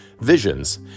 visions